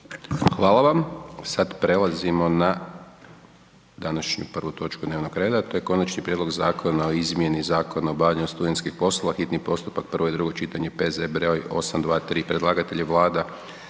(SDP)** Sad prelazimo na današnju prvu točku dnevnog reda. To je: - Konačni prijedlog zakona o izmjeni Zakona o obavljanju studentskih poslova, hitni postupak, prvo i drugo čitanje, P.Z. br. 823.; Predlagatelj je Vlada